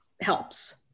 helps